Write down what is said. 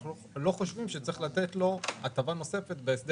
אנחנו לא חושבים שצריך לתת לו הטבה נוספת בהסדר